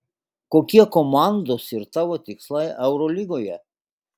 kokie komandos ir tavo tikslai eurolygoje